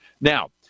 Now